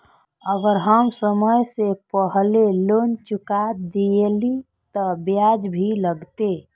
अगर हम समय से पहले लोन चुका देलीय ते ब्याज भी लगते?